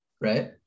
right